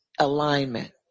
alignment